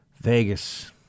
Vegas